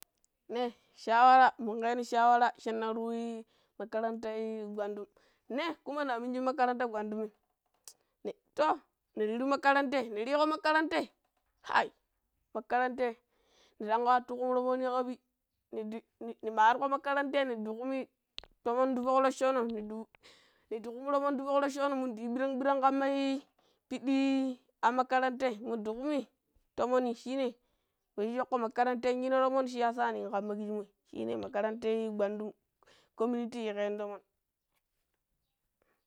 ne shawara mungeno shawaraa shan na ruii makarantaii gwadum ne kuma na minji makaranta gwandumin ni toh ninru makarantai ni riko makarantai, kai makarantai nu mi attu kumu troomoni kabi nidi nimawarko makarantai nidi kumi tomoni ti fock reccono mundi nidi kumu tomon ti fuck reccono midi yu ɓiran ɓira kammai piddi, an makarantai mundi kumi tomonni shine wei shi cocko makarantai yino tomon shiyasa nin kabima kishimo shine makaranta gwandum community yikeno tomon.